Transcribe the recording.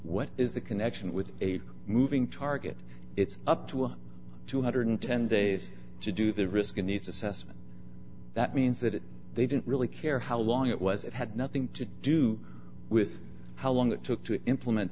what is the connection with a moving target it's up to two hundred and ten days to do the risk and its assessment that means that they didn't really care how long it was it had nothing to do with how long it took to implement